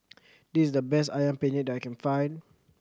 this is the best Ayam Penyet that I can find